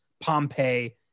Pompeii